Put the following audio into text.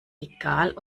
egal